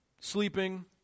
sleeping